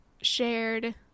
shared